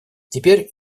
теперь